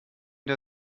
der